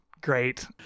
great